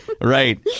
Right